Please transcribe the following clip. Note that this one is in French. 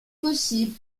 possible